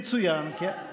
אני מנסה לשכנע,